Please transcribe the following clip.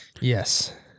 Yes